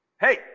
Hey